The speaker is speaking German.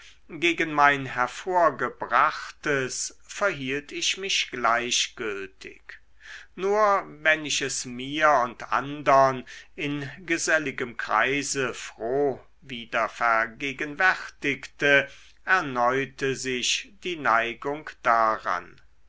gegen mein hervorgebrachtes verhielt ich mich gleichgültig nur wenn ich es mir und andern in geselligem kreise froh wieder vergegenwärtigte erneute sich die neigung daran